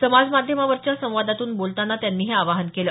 समाज माध्यमावरच्या संवादातून बोलताना त्यांनी हे आवाहन केलं